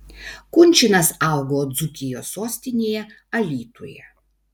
kunčinas augo dzūkijos sostinėje alytuje